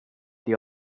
the